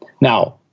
Now